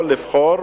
יכול לבחור